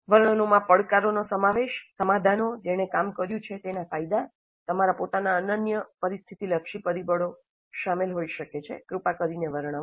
વર્ણનમાં પડકારોનો સમાવેશ સમાધાનો જેણે કામ કર્યું છે તેના ફાયદા તમારા પોતાના અનન્ય પરિસ્થિતિલક્ષી પરિબળો શામેલ હોઈ શકે છે કૃપા કરીને વર્ણવો